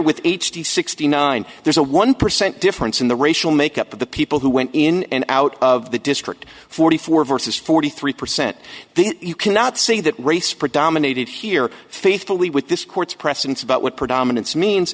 with h d sixty nine there's a one percent difference in the racial makeup of the people who went in and out of the district forty four versus forty three percent you cannot say that race predominated here faithfully with this court's precedents about what predominance means